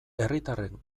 herritarren